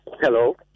Hello